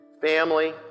Family